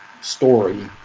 story